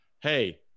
hey